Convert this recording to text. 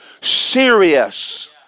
serious